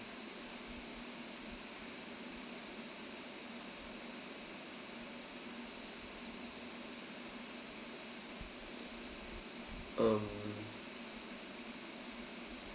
um